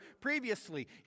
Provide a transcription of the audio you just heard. previously